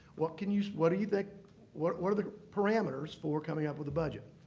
what can you what do you think what what are the parameters for coming up with the budget.